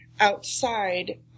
outside